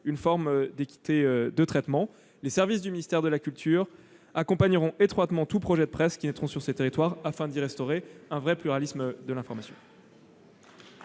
une forme d'équité de traitement. Les services du ministère de la culture accompagneront étroitement tous les projets de presse qui naîtront sur ces territoires, afin d'y restaurer un vrai pluralisme de l'information.